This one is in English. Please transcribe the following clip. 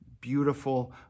beautiful